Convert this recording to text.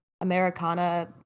Americana